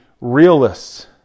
realists